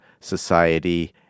society